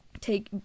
Take